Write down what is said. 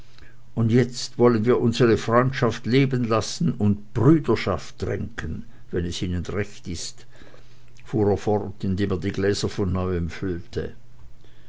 und jetzt wollen wir unsere freundschaft leben lassen und brüderschaft trinken wenn es ihnen recht ist fuhr er fort indem er die gläser von neuem füllte